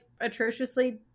atrociously